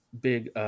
big